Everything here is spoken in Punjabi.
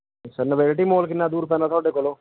ਅੱਛਾ ਨਵੇਲਟੀ ਮੋਲ ਕਿੰਨਾ ਦੂਰ ਪੈਂਦਾ ਤੁਹਾਡੇ ਕੋਲੋਂ